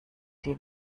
die